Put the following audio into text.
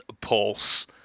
Pulse